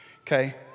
Okay